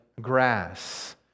grass